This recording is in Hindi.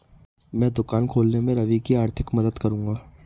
मैं दुकान खोलने में रवि की आर्थिक मदद करूंगा